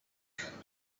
cut